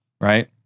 right